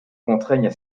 contraignent